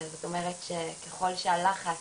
זאת אומרת שככל שהלחץ